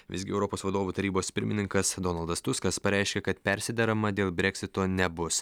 visgi europos vadovų tarybos pirmininkas donaldas tuskas pareiškė kad persiderama dėl breksito nebus